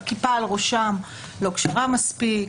כי הכיפה על ראשם לא כשרה מספיק,